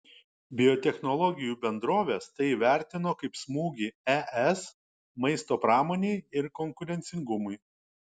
biotechnologijų bendrovės tai įvertino kaip smūgį es maisto pramonei ir konkurencingumui